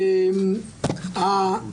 להפך,